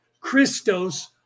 Christos